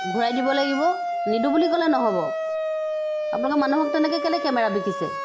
ঘূৰাই দিব লাগিব নিদিও বুলি ক'লে নহ'ব আপোনালোকে মানুহক তেনেকৈ কেলৈ কেমেৰা বিকিছে